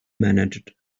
managed